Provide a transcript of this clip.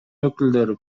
өкүлдөрү